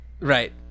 Right